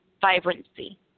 vibrancy